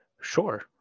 sure